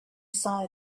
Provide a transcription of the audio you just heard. saw